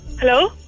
Hello